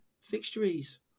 fixtures